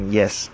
yes